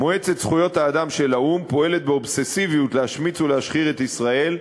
מועצת זכויות האדם של האו"ם פועלת באובססיביות להשמיץ ולהשחיר את ישראל,